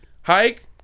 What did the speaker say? Hike